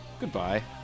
Goodbye